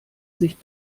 sich